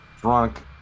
drunk